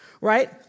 right